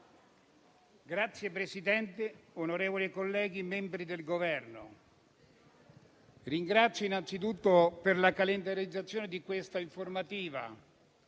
Signor Presidente, onorevoli colleghi, membri del Governo, ringrazio innanzitutto per la calendarizzazione di questa informativa.